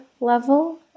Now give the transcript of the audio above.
level